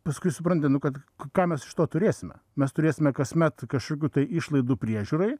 paskui supranti kad k ką mes iš to turėsime mes turėsime kasmet kažkokių tai išlaidų priežiūrai